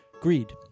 Greed